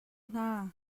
hna